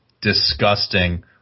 disgusting